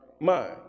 mind